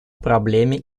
проблеме